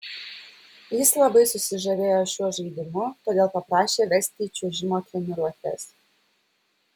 jis labai susižavėjo šiuo žaidimu todėl paprašė vesti į čiuožimo treniruotes